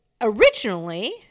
originally